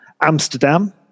Amsterdam